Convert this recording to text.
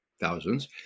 thousands